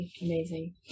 Amazing